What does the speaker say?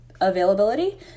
availability